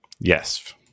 Yes